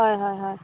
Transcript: হয় হয় হয়